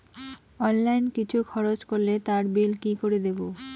Online কিছু খরচ করলে তার বিল কি করে দেবো?